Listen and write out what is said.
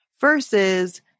versus